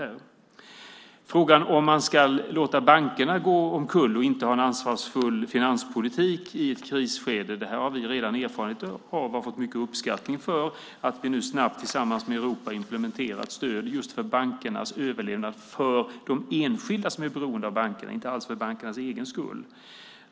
Hur det blir om man låter bankerna gå omkull och inte har en ansvarsfull finanspolitik i ett krisskede har vi redan erfarit, och vi har fått mycket uppskattning för att vi nu snabbt tillsammans i Europa implementerar stöd för bankernas överlevnad, för de enskildas skull som är beroende av bankerna, inte alls för bankernas egen skull.